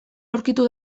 aurkitu